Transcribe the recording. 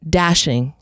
dashing